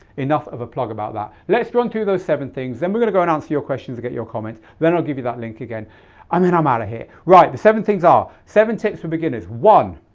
enough of a plug about that. let's run through those seven things, then we're going to go and answer your questions and get your comments, then i'll give you that link again and then i'm out of here. right, the seven things are, seven tips for beginners. one,